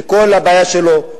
שכל הבעיה שלו,